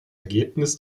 ergebnis